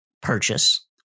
purchase